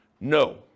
no